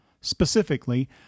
Specifically